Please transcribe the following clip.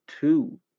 Two